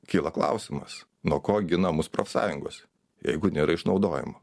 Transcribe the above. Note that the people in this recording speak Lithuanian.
kyla klausimas nuo ko gina mus profsąjungos jeigu nėra išnaudojimo